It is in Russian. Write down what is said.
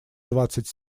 двадцать